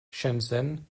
shenzhen